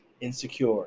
insecure